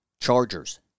Chargers